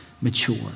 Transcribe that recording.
mature